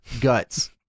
Guts